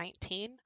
2019